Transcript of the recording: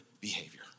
behavior